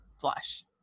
flush